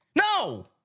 No